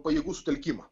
pajėgų sutelkimą